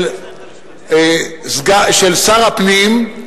של שר הפנים,